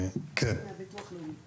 אני סגנית מנהלת אגף הרווחה בעיריית